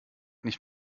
nicht